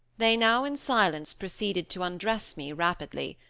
they now, in silence, proceeded to undress me rapidly.